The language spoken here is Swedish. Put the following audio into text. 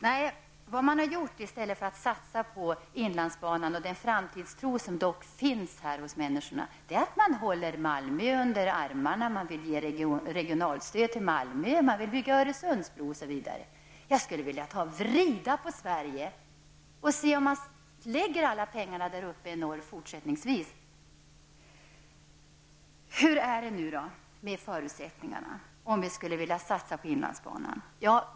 Nej, i stället för att satsa på inlandsbanan och den framtidstro som finns hos människorna, håller man Malmö under armarna med hjälp av regionalstöd, bygger Öresundsbro osv. Jag skulle vilja vrida på Sverige och se till att pengarna fortsättningsvis placeras i norr. Hur är det med förutsättnngarna om det skall satsas på inlandsbanan?